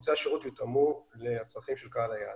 ערוצי השירות יותאמו לצרכים של קהל היעד.